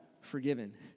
forgiven